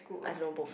I don't know both